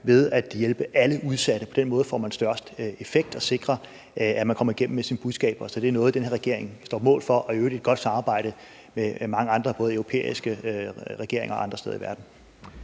ved at hjælpe alle udsatte. På den måde får man størst effekt og sikrer, at man kommer igennem med sine budskaber. Så det er noget, den her regering står på mål for. Og der er i øvrigt et godt samarbejde med mange andre, både med europæiske regeringer og andre steder i verden.